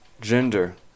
gender